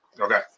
Okay